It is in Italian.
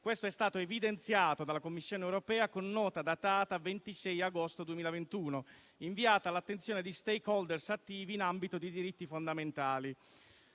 Ciò è stato evidenziato dalla Commissione europea con nota datata 26 agosto 2021, inviata all'attenzione di *stakeholder* attivi in ambito di diritti fondamentali.